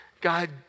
God